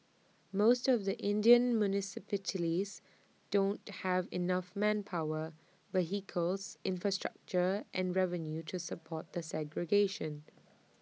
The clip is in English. most of the Indian municipalities don't have enough manpower vehicles infrastructure and revenue to support the segregation